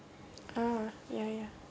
oh ya ya